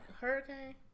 Hurricane